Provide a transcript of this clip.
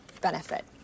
benefit